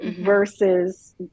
versus